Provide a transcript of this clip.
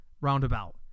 Roundabout